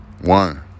One